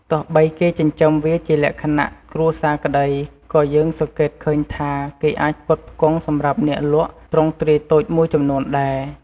ទោះបីគេចិញ្ចឹមវាជាលក្ខណៈគ្រួសារក្ដី ក៏យើងសង្កេតឃើញថា គេអាចផ្គត់ផ្គង់សម្រាប់អ្នកលក់ទ្រង់ទ្រាយតូចមួយចំនួនដែរ។